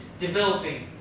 developing